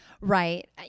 Right